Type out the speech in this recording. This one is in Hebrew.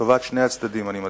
לטובת שני הצדדים, אני מדגיש.